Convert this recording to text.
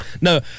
No